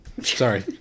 Sorry